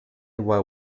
were